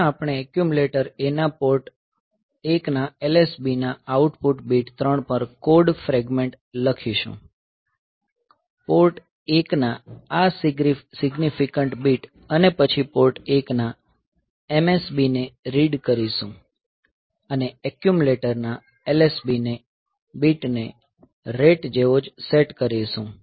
જ્યાં આપણે accumulator A ના પોર્ટ 1 ના LSB ના આઉટપુટ બીટ 3 પર કોડ ફ્રેગમેન્ટ લખીશું પોર્ટ 1 ના આ સીગ્નીફીકંટ બીટ અને પછી પોર્ટ 1 ના MSB ને રીડ કરીશું અને એક્યુમલેટરના LSB ને બીટ રેટ જેવો જ સેટ કરીશું